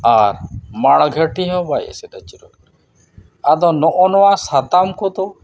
ᱟᱨ ᱢᱟᱲᱜᱷᱟᱹᱴᱤ ᱦᱚᱸ ᱵᱟᱭ ᱮᱥᱮᱫ ᱟᱹᱪᱩᱨ ᱟᱠᱟᱱᱟ ᱟᱫᱚ ᱱᱚᱜᱼᱚ ᱱᱚᱣᱟ ᱥᱟᱛᱟᱢ ᱠᱚᱫᱚ